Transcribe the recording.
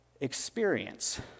experience